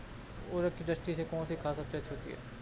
उर्वरकता की दृष्टि से कौनसी खाद अच्छी होती है?